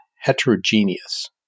heterogeneous